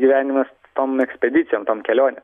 gyvenimas tom ekspedicijom tom kelionė